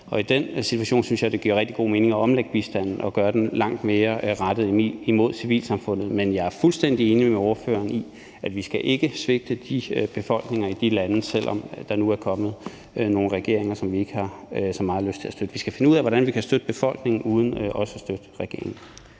Og i den situation synes jeg, det giver rigtig god mening at omlægge bistanden og gøre den langt mere rettet imod civilsamfundet. Men jeg er fuldstændig enig med ordføreren i, at vi ikke skal svigte de befolkninger i de lande, selv om der nu er kommet nogle regeringer, som vi ikke har så meget lyst til støtte. Vi skal finde ud af, hvordan vi kan støtte befolkningen uden også at støtte regeringen.